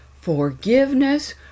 forgiveness